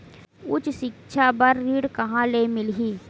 उच्च सिक्छा बर ऋण कहां ले मिलही?